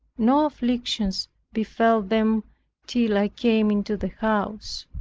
no afflictions befell them till i came into the house.